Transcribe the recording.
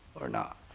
or not.